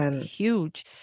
huge